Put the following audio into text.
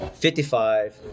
55